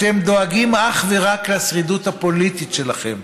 אתם דואגים אך ורק לשרידות הפוליטית שלכם,